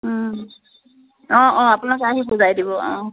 অঁ অঁ আপোনালোকে আহি বুজাই দিব অঁ